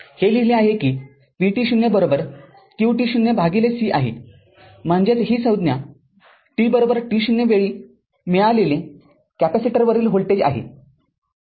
हे लिहिले आहे कि vt0 qt0c आहे म्हणजेचही संज्ञा t t0 वेळी मिळालेले कॅपेसिटरवरील व्होल्टेज आहे